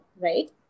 right